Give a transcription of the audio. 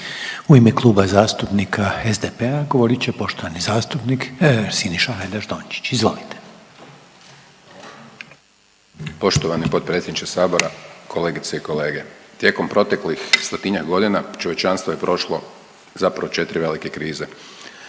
U ime Kluba zastupnika SDP-a govorit će poštovani zastupnik Siniša Hajdaš Dončić. Izvolite. **Hajdaš Dončić, Siniša (SDP)** Poštovani potpredsjedniče sabora, kolegice i kolege tijekom proteklih 100-tinjak godina čovječanstvo je prošlo zapravo 4 velike krize.